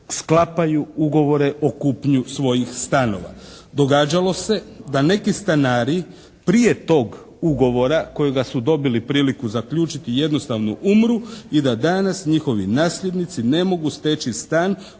sklapaju ugovore o kupnji svojih stanova. Događalo se da neki stanari prije tog ugovora kojega su dobili priliku zaključiti jednostavno umru i da danas njihovi nasljednici ne mogu steći stan u kome